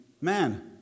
Man